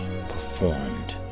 performed